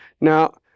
Now